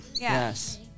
Yes